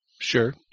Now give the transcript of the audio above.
Sure